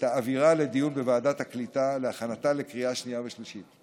ותעבירה לדיון בוועדת הקליטה להכנתה לקריאה שנייה ושלישית.